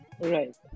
Right